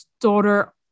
daughter